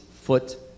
foot